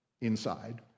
inside